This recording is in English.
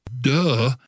Duh